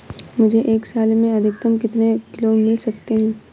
मुझे एक साल में अधिकतम कितने क्लेम मिल सकते हैं?